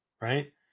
Right